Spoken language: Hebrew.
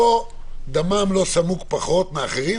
דמם לא סמוק פחות מאחרים,